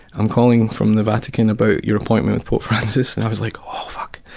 i'm calling from the vatican about your appointment with pope francis. and i was like oh, fuck,